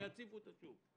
שיציפו את השוק,